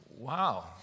wow